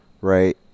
right